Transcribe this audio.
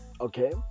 Okay